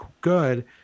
Good